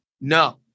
No